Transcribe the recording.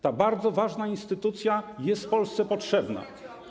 Ta bardzo ważna instytucja jest Polsce potrzebna.